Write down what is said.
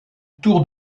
tour